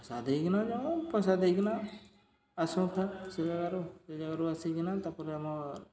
ପଇସା ଦେଇକିନା ଯାଉଁ ପଇସା ଦେଇକିନା ଆସୁ ଫେର୍ ସେ ଜାଗାରୁ ସେ ଜାଗାରୁ ଆସିକିନା ତା'ପରେ ଆମର୍